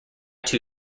too